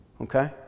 Okay